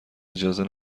اجازه